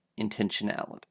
intentionality